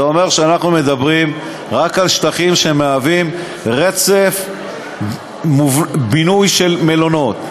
זה אומר שאנחנו מדברים רק על שטחים שמהווים רצף בנוי של מלונות.